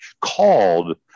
called